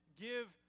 give